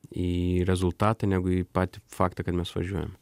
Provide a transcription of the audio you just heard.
į rezultatą negu į patį faktą kad mes važiuojam